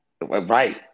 Right